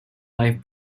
life